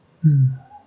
mm